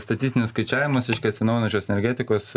statistinis skaičiavimas reiškia atsinaujinančios energetikos